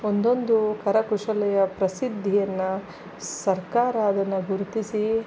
ಒಂದೊಂದು ಕರಕುಶಲತೆಯ ಪ್ರಸಿದ್ಧಿಯನ್ನು ಸರ್ಕಾರ ಅದನ್ನು ಗುರುತಿಸಿ